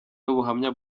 n’ubuhamya